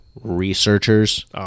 researchers